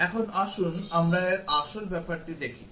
এখন আসুন আমরা এর আসল ব্যাপারটা দেখি